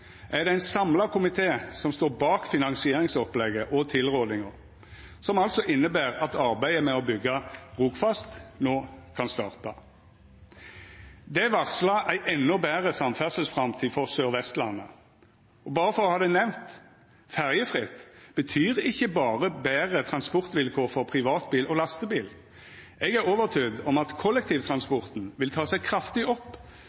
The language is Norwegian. er det ein samla komité som står bak finansieringsopplegget og tilrådinga, som altså inneber at arbeidet med å byggja Rogfast no kan starta. Det varslar ei endå betre samferdselsframtid for Sør-Vestlandet, og berre for å ha det nemnt: Ferjefritt betyr ikkje berre betre transportvilkår for privatbil og lastebil. Eg er overtydd om at kollektivtransporten vil ta seg kraftig opp